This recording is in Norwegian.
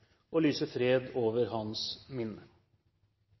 og lyser fred over hans minne.